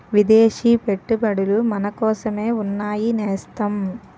విదేశీ పెట్టుబడులు మనకోసమే ఉన్నాయి నేస్తం